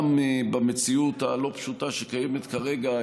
גם במציאות הלא-פשוטה שקיימת כרגע,